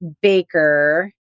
baker